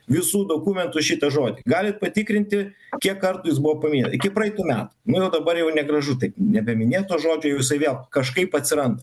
visų dokumentų šitą žodį galit patikrinti kiek kartų jis buvo paminė iki praeitų metų nu jau dabar jau negražu taip nebeminėt to žodžio jau jisai vėl kažkaip atsiranda